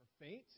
faint